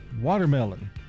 watermelon